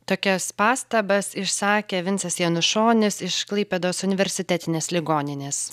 tokias pastabas išsakė vincas janušonis iš klaipėdos universitetinės ligoninės